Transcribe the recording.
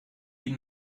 die